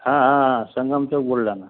हा हा हा संगम चौक बुलढाणा